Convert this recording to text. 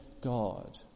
God